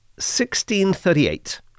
1638